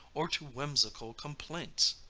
or to whimsical complaints.